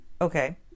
okay